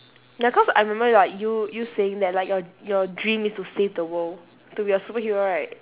ya cause I remember like you you saying that like your your dream is to save the world to be a superhero right